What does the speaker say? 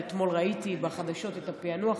ואתמול ראיתי בחדשות את הפענוח.